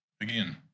again